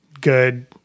good